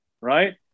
right